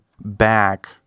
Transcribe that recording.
back